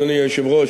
אדוני היושב-ראש,